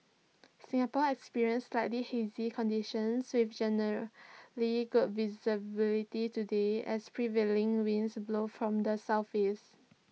Singapore experienced slightly hazy conditions with generally good visibility today as prevailing winds blow from the Southeast